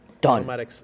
Done